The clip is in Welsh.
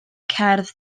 cerdd